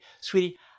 sweetie